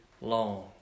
long